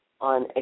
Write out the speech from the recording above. on